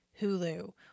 Hulu